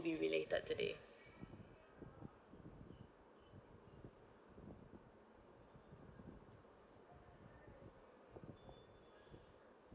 be related to the